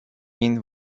این